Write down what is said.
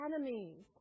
enemies